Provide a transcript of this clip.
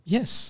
Yes